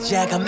Jack